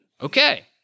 Okay